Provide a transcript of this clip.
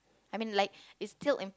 I mean like is still im~